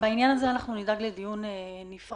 בעניין הזה אנחנו נדאג לדיון נפרד.